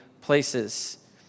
places